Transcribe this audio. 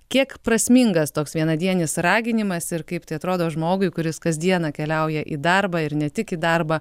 kiek prasmingas toks vienadienis raginimas ir kaip tai atrodo žmogui kuris kasdieną keliauja į darbą ir ne tik į darbą